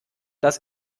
dass